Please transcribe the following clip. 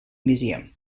museum